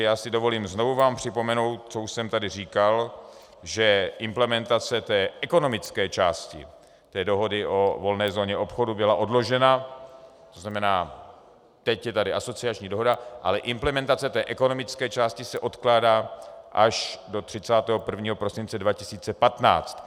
Já si dovolím znovu vám připomenout, co už jsem tady říkal, že implementace ekonomické části dohody o volné zóně obchodu byla odložena, to znamená, teď je tady asociační dohoda, ale implementace ekonomické části se odkládá až do 31. prosince 2015.